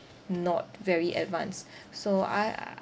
not very advanced so I